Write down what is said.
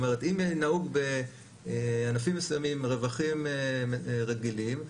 אם נהוג בענפים מסוימים רווחים רגילים,